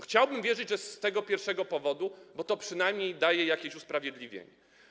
Chciałbym wierzyć, że z tego pierwszego powodu, bo to przynajmniej daje jakieś usprawiedliwienie.